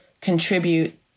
contribute